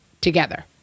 together